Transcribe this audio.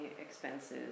expenses